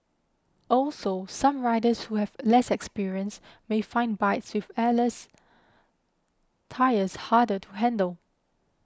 also some riders who have less experience may find bikes with airless tyres harder to handle